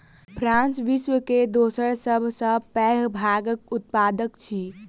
France विश्व के दोसर सभ सॅ पैघ भांगक उत्पादक अछि